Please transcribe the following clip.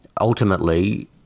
ultimately